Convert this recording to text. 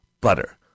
butter